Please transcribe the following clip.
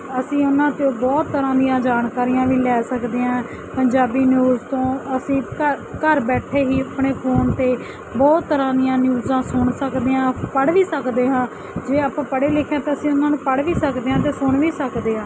ਅਸੀਂ ਉਹਨਾਂ 'ਚੋਂ ਬਹੁਤ ਤਰ੍ਹਾਂ ਦੀਆਂ ਜਾਣਕਾਰੀਆਂ ਵੀ ਲੈ ਸਕਦੇ ਹਾਂ ਪੰਜਾਬੀ ਨਿਊਜ਼ ਤੋਂ ਅਸੀਂ ਘ ਘਰ ਬੈਠੇ ਹੀ ਆਪਣੇ ਫੋਨ 'ਤੇ ਬਹੁਤ ਤਰ੍ਹਾਂ ਦੀਆਂ ਨਿਊਜ਼ਾਂ ਸੁਣ ਸਕਦੇ ਹਾਂ ਪੜ੍ਹ ਵੀ ਸਕਦੇ ਹਾਂ ਜੇ ਆਪਾਂ ਪੜ੍ਹੇ ਲਿਖੇ ਹਾਂ ਤਾਂ ਅਸੀਂ ਉਹਨਾਂ ਨੂੰ ਪੜ੍ਹ ਵੀ ਸਕਦੇ ਹਾਂ ਅਤੇ ਸੁਣ ਵੀ ਸਕਦੇ ਹਾਂ